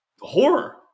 horror